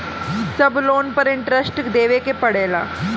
सब लोन पर इन्टरेस्ट देवे के पड़ेला?